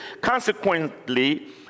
Consequently